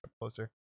closer